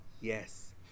yes